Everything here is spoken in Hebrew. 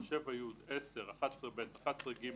- (7), 7(י), 10, 11(ב), 11(ג),